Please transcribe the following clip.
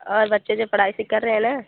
और बच्चे ओच्चे पढ़ाई से कर रहें न